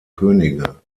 könige